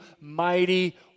mighty